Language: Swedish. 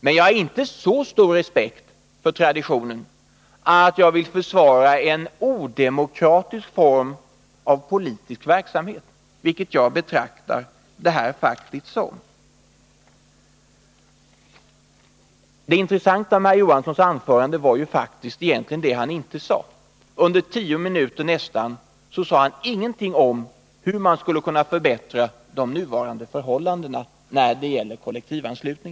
Men jag har inte så stor respekt för traditionen att jag vill försvara en odemokratisk form av politisk verksamhet, och jag betraktar Det intressanta med herr Johanssons anförande var egentligen det haninte Onsdagen den sade. Under nästan tio minuter sade han ingenting om hur man skulle kunna 19 november 1980 förbättra de nuvarande förhållandena när det gäller kollektivanslutning